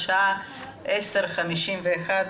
השעה 10:51,